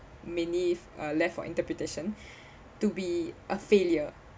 may leave uh left for interpretation to be a failure